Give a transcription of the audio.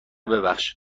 ببخش